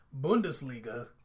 Bundesliga